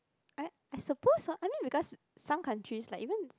I I suppose uh I mean because some countries like even